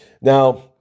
Now